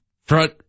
Front